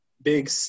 big